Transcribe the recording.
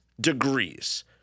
degrees